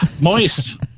Moist